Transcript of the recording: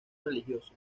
religiosos